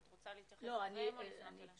את רוצה להתייחס או לפנות אליה?